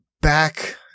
back